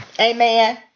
Amen